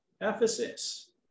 Ephesus